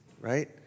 right